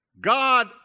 God